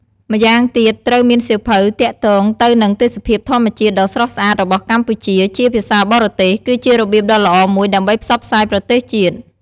ម៉្យាងទៀតត្រូវមានសៀវភៅទាក់ទងទៅនឹងទេសភាពធម្មជាតិដ៏ស្រស់ស្អាតរបស់កម្ពុជា ជាភាសាបរទេស គឺជារបៀបដ៏ល្អមួយដើម្បីផ្សព្វផ្សាយប្រទេសជាតិ។